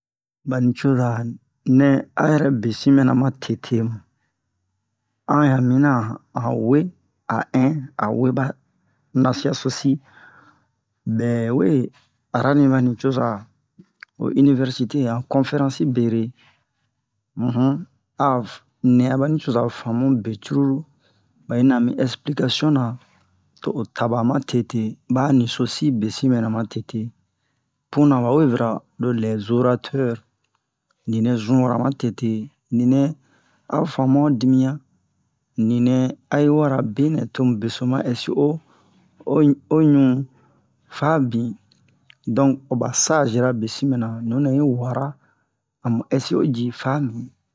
ɓa nucoza nɛ a yɛrɛ besin mɛna matete an ya mina an an wee a ɛn a we ɓa nasiya so si ɓɛ we arari ɓa nucoza ho inivɛrsite han conferansi bere um a nɛ aba nucoza faamu be curulu ɓa yi na mi ɛsplikasiyon-na to o ta ɓa matete ɓa nisosi besi mɛna matete punna ɓa we bira lɛ-zoratɛr ninɛ zun wara matete ninɛ a fanmu'an wo dimiyan ninɛ ayi wara benɛ tomu beso ma ɛsi o o o ɲu fa bin donk ho ɓa saze-ra besin mɛna nunɛ wara amu ɛsi ji fa mi